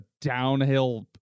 downhill